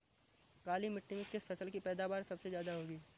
काली मिट्टी में किस फसल की पैदावार सबसे ज्यादा होगी?